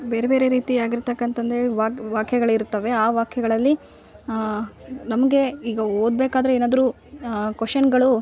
ಬೇರೆ ಬೇರೆ ರೀತಿ ಆಗಿರ್ತಕ್ಕಂಥಂದೇ ವಾಗ್ ವಾಕ್ಯಗಳು ಇರ್ತವೆ ಆ ವಾಕ್ಯಗಳಲ್ಲಿ ನಮಗೆ ಈಗ ಓದಬೇಕಾದ್ರೆ ಏನಾದರು ಕ್ವೆಷನ್ಗಳು